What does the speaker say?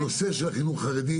הנושא של החינוך החרדי,